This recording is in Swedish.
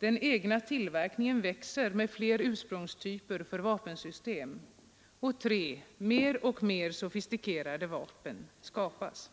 den egna tillverkningen växer med fler ursprungstyper för vapensystem och 3. att mer och mer sofistikerade vapen skapas.